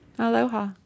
Aloha